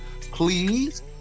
Please